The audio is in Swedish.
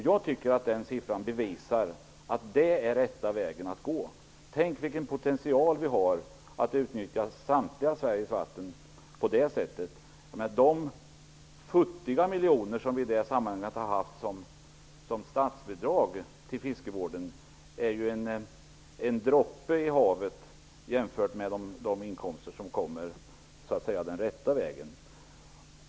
Jag tycker att den siffran bevisar att det är den rätta vägen att gå. Tänk vilken potential vi har om vi utnyttjar Sveriges samtliga vatten på det sättet. De futtiga miljoner som vi har fått i statsbidrag till fiskevården är en droppe i havet jämfört med de inkomster som kommer den rätta vägen.